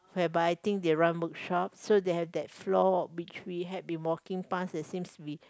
whereby I think they run workshop so they have that floor which we have been walking past it seems to be